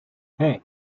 hey